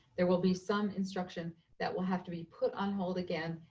there will be some instruction that will have to be put on hold again.